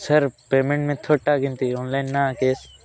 sir payment ମେଥଡ଼ଟା କେମିତି online ନା କ୍ୟାସ